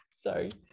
sorry